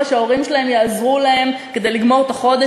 שההורים שלהם יעזרו להם כדי לגמור את החודש,